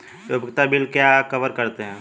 उपयोगिता बिल क्या कवर करते हैं?